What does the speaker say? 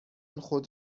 خود